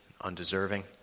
undeserving